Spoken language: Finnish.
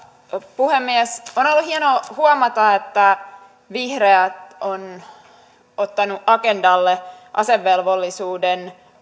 puhemies on ollut hienoa huomata että vihreät ovat ottaneet agendalle asevelvollisuuden